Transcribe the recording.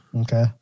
Okay